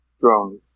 Drones